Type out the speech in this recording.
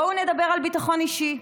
בואו נדבר על ביטחון אישי.